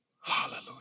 Hallelujah